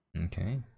okay